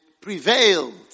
prevailed